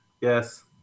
Yes